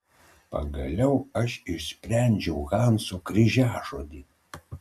pagaliau aš išsprendžiau hanso kryžiažodį